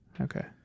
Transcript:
Okay